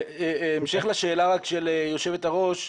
בהמשך לשאלה של היושבת-ראש,